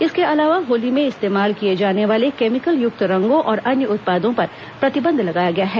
इसके अलावा होली में इस्तेमाल किए जाने वाले केमिकल युक्त रंगों और अन्य उत्पादों पर प्रतिबंध लगाया गया है